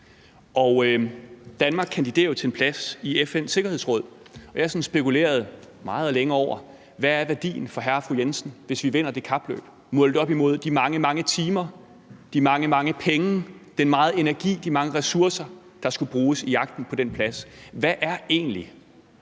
Danmark kandiderer til en plads i FN's Sikkerhedsråd, og jeg har sådan spekuleret meget længe over noget. Hvad er værdien for hr. og fru Jensen, hvis vi vinder det kapløb? Målt op imod de mange, mange timer, de mange, mange penge, den store mængde energi og de mange ressourcer, der skulle bruges i jagten på den plads, hvad er så egentlig